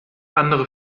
andere